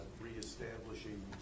reestablishing